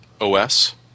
OS